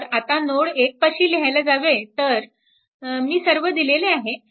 तर आता नोड 1 पाशी लिहायला जावे तर मी सर्व दिलेले आहे